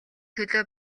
төлөө